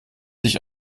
sich